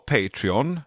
Patreon